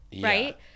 right